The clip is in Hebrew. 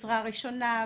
ועזרה ראשונה,